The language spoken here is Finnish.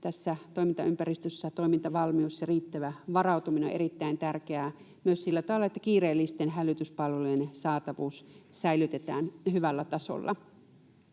tässä toimintaympäristössä toimintavalmius ja riittävä varautuminen on erittäin tärkeää myös sillä tavalla, että kiireellisten hälytyspalvelujen saatavuus säilytetään hyvällä tasolla.